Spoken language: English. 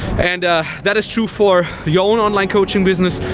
and that is true for your own online coaching business.